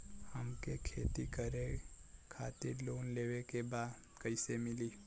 हमके खेती करे खातिर लोन लेवे के बा कइसे मिली?